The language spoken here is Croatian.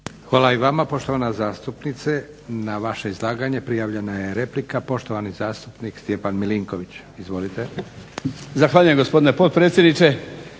Hvala i vama poštovana zastupnice. Na vaše izlaganje prijavljena je replika. Poštovani zastupnik Stjepan Milinković, izvolite. **Milinković, Stjepan (HDZ)** Zahvaljujem gospodine potpredsjedniče.